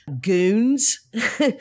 Goons